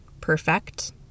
perfect